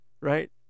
right